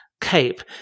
cape